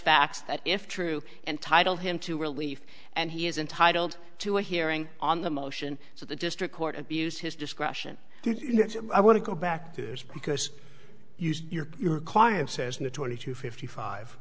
facts that if true and titled him to relief and he is entitled to a hearing on the motion so the district court abused his discretion i want to go back to because used your client says in the twenty to fifty five